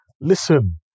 listen